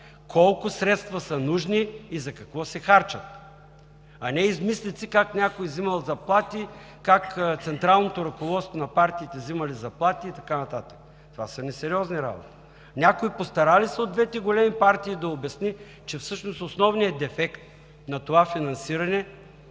колко средства са нужни и за какво се харчат, а не измислици как някой взимал заплати, как централните ръководства на партиите взимали заплати и така нататък. Това са несериозни работи. Някой от двете големи партии постара ли се да обясни, че всъщност основният дефект на това финансиране